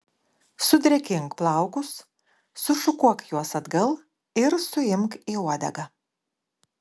sudrėkink plaukus sušukuok juos atgal ir suimk į uodegą